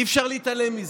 אי-אפשר להתעלם מזה.